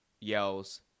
yells